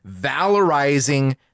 valorizing